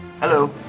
hello